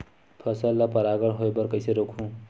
फसल ल परागण होय बर कइसे रोकहु?